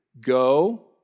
go